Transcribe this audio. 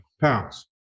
pounds